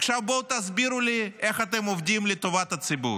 עכשיו בואו תסבירו לי איך אתם עובדים לטובת הציבור?